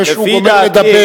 אחרי שהוא גומר לדבר,